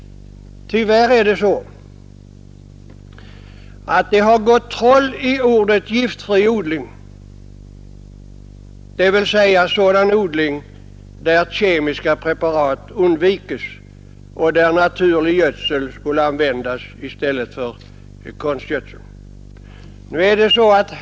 Tyvärr har det gått troll i begreppet ”giftfri odling”, dvs. sådan odling där kemiska preparat undvikes och där naturlig gödsel skall användas i stället för konstgödsel.